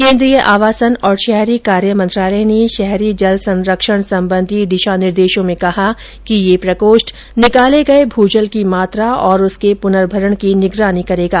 केन्द्रीय आवासन और शहरी कार्य मंत्रालय ने शहरी जल संरक्षण संबंधी दिशा निर्देशों में कहा कि यह प्रकोष्ठ निकाले गए भू जल की मात्रा और उसके पूर्नभरण की निगरानी करेगा